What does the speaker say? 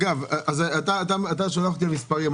אתה שולח אותי למספרים.